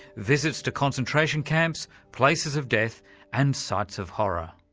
visits to concentration camps, places of death and sites of horror.